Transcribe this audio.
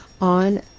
on